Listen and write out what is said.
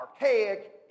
archaic